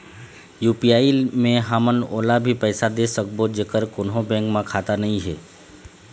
UPI मे हमन ओला भी पैसा दे सकबो जेकर कोन्हो बैंक म खाता नई हे?